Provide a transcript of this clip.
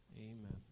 Amen